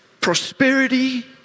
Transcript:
prosperity